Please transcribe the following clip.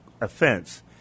offense